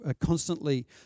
Constantly